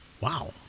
Wow